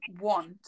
want